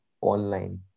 online